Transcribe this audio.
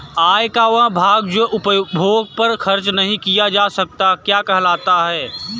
आय का वह भाग जो उपभोग पर खर्च नही किया जाता क्या कहलाता है?